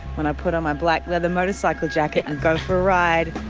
when i put on my black leather motorcycle jacket and go for a ride,